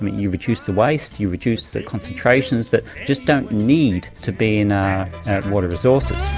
you reduce the waste, you reduce the concentrations that just don't need to be in our water resources.